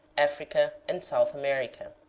africa, and south america.